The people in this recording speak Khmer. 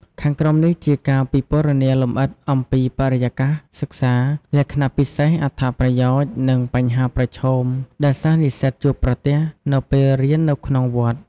ខាងក្រោមនេះជាការពិពណ៌នាលម្អិតអំពីបរិយាកាសសិក្សា លក្ខណៈពិសេស អត្ថប្រយោជន៍ និងបញ្ហាប្រឈមដែលសិស្សនិស្សិតជួបប្រទះនៅពេលរៀនក្នុងវត្ត។